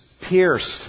pierced